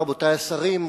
רבותי השרים,